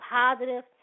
positive